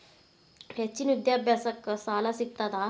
ಹೆಚ್ಚಿನ ವಿದ್ಯಾಭ್ಯಾಸಕ್ಕ ಸಾಲಾ ಸಿಗ್ತದಾ?